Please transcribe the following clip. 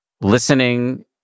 listening